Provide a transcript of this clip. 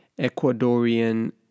Ecuadorian